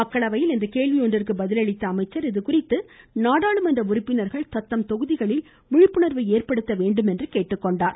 மக்களவையில் இன்று கேள்வி ஒன்றிற்கு பதில் அளித்த அமைச்சர் இதுகுறித்து நாடாளுமன்ற உறுப்பினர்கள் தத்தம் தொகுதிகளில் விழிப்புணர்வு ஏற்படுத்த வேண்டும் என்று கேட்டுக்கொண்டார்